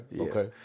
okay